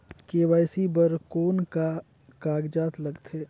KYC बर कौन का कागजात लगथे?